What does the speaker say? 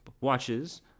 watches